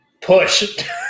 Push